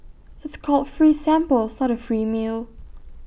it's called free samples not A free meal